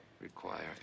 require